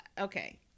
Okay